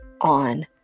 on